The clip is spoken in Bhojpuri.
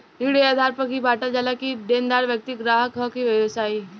ऋण ए आधार पर भी बॉटल जाला कि देनदार व्यक्ति ग्राहक ह कि व्यवसायी